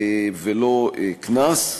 ולא קנס,